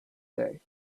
day